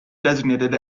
designated